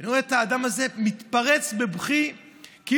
אני רואה את האדם הזה מתפרץ בבכי כאילו